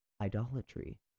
idolatry